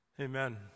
Amen